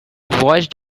voyaged